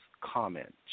comment